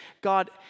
God